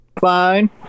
Fine